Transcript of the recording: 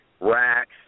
Racks